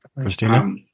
Christina